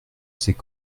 ces